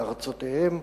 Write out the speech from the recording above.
לארצותיהן.